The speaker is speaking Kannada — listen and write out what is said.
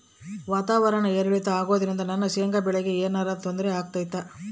ವಾತಾವರಣ ಏರಿಳಿತ ಅಗೋದ್ರಿಂದ ನನ್ನ ಶೇಂಗಾ ಬೆಳೆಗೆ ಏನರ ತೊಂದ್ರೆ ಆಗ್ತೈತಾ?